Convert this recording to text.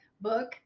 book